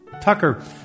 Tucker